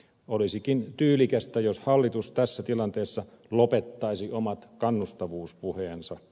olisikin tyylikästä jos hallitus tässä tilanteessa lopettaisi omat kannustavuuspuheensa